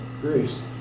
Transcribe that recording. grace